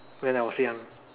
when I was young